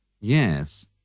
Yes